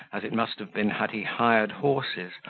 as it must have been had he hired horses,